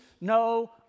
no